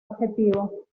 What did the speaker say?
objetivo